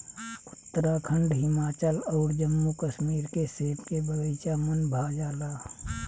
उत्तराखंड, हिमाचल अउर जम्मू कश्मीर के सेब के बगाइचा मन भा जाला